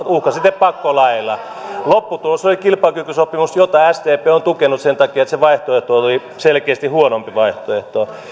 uhkasitte pakkolaeilla lopputulos oli kilpailukykysopimus jota sdp on tukenut sen takia että se vaihtoehto oli selkeästi huonompi vaihtoehto